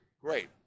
Great